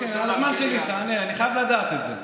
על הזמן שלי, תענה, אני חייב לדעת את זה.